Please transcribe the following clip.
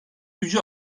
gücü